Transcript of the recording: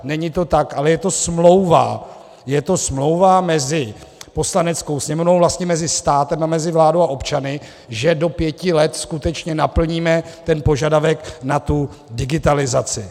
Není to tak, ale je to smlouva, je to smlouva mezi Poslaneckou sněmovnou, vlastně mezi státem a vládou a občany, že do pěti let skutečně naplníme ten požadavek na digitalizaci.